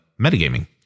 metagaming